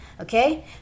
okay